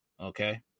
okay